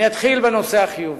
אני אתחיל בנושא החיובי.